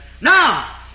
Now